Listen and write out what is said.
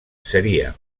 seria